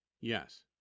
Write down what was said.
Yes